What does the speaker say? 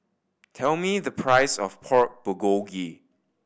tell me the price of Pork Bulgogi